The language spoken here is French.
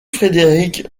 frédéric